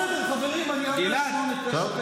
הכול בסדר, חברים, אני אעלה שמונה, תשע פעמים.